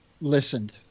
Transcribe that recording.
listened